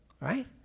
Right